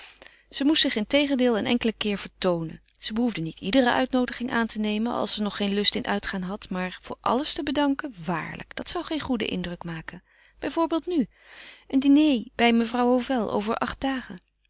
ze moest zich integendeel een enkelen keer vertoonen ze behoefde niet iedere uitnoodiging aan te nemen als ze nog geen lust in uitgaan had maar voor alles te bedanken waarlijk dat zou geen goeden indruk maken bij voorbeeld nu een diner bij mevrouw hovel over acht dagen